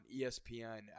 ESPN